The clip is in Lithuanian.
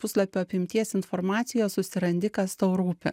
puslapio apimties informacijos susirandi kas tau rūpi